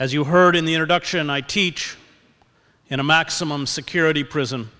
as you heard in the introduction i teach in a maximum security prison